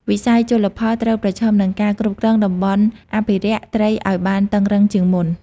វិស័យជលផលត្រូវប្រឈមនឹងការគ្រប់គ្រង តំបន់អភិរក្ស ត្រីឱ្យបានតឹងរ៉ឹងជាងមុន។